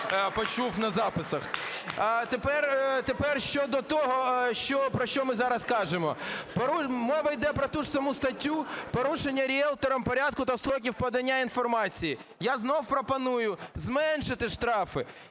почув на записах. Тепер щодо того, про що ми зараз кажемо. Мова йде про ту ж саму статтю, порушення ріелтором порядку та строків подання інформації. Я знов пропоную зменшити штрафи: